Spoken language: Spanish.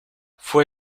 fue